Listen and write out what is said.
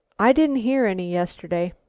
i didn't hear any yesterday.